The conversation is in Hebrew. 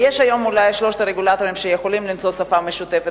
ויש היום אולי שלושה רגולטורים שיכולים למצוא שפה משותפת,